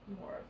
more